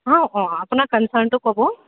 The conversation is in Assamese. অঁ অঁ আপোনাৰ কনৰ্চানটো ক'ব